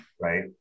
right